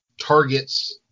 targets